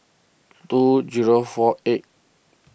two zero four eighth